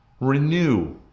renew